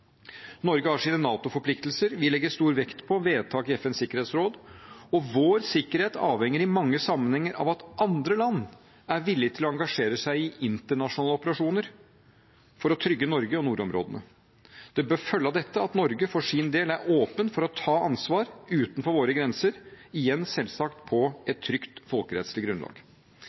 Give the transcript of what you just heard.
Norge har sine NATO-forpliktelser. Vi legger stor vekt på vedtak i FNs sikkerhetsråd. Vår sikkerhet avhenger i mange sammenhenger av at andre land er villige til å engasjere seg i internasjonale operasjoner for å trygge Norge og nordområdene. Det bør følge av dette at Norge for sin del er åpen for å ta ansvar utenfor våre grenser – igjen selvsagt på et trygt folkerettslig grunnlag.